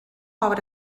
obra